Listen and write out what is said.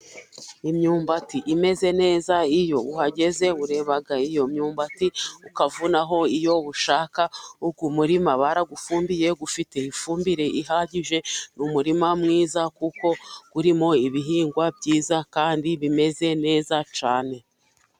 Imyumbati imeze neza iyo uhageze ureba iyo myumbati ukavunaho iyo ushaka, uyu muririma barawufumbiye. Ufite ifumbire ihagije ni umurima mwiza, kuko urimo ibihingwa byiza kandi bimeze neza cyane.